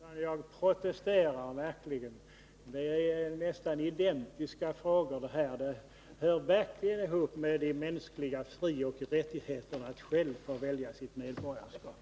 Herr talman! Jag protesterar verkligen. Frågorna är nästan identiskt lika. Det hör verkligen ihop med de mänskliga frioch rättigheterna att själv få välja sitt medborgarskap.